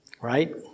right